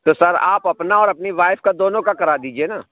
تو سر آپ اپنا اور اپنی وائف کا دونوں کا کرا دیجئے نا